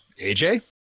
AJ